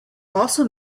also